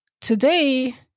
Today